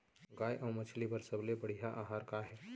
गाय अऊ मछली बर सबले बढ़िया आहार का हे?